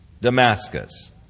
Damascus